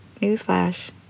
Newsflash